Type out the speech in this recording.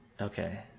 Okay